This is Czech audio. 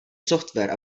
software